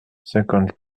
cinquante